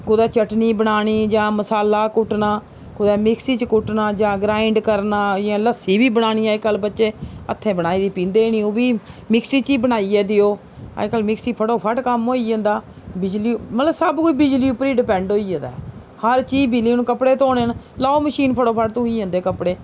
कुदै चट्टनी बनानी जां मसाला कुट्टना कुदै मिक्सी च कुट्टना जां ग्राइंड करना जां लस्सी बी बनानी अज्जकल बच्चे हत्थें बनाई दी पींदे नि ओह् बी मिक्सी च ई बनाइयै देओ अज्जकल मिक्सी फटोफट्ट कम्म होई जंदा बिजली मतलब सब कुछ बिजली उप्पर ही डिपैंड होई गेदा ऐ हर चीज़ बिजली हून कपड़े धोने न लाओ मशीन फटोफट्ट धोई जंदे कपड़े